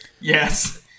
Yes